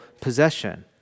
possession